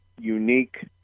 unique